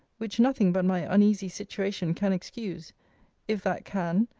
which nothing but my uneasy situation can excuse if that can.